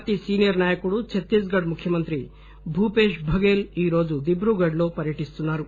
party senior నాయకుడు Chhattisgarh ముఖ్యమంత్రి భూపేష్ భగేల్ ఈరోజు దిబ్రూగఢ్ లో పర్యటిస్తున్నారు